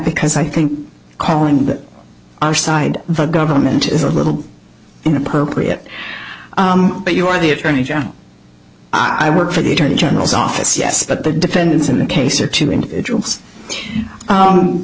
because i think calling the other side the government is a little inappropriate but you are the attorney general i work for the attorney general's office yes but the defendants in that case are two individuals